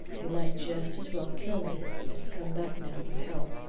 you might just as well kill me as come back now with help.